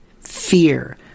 fear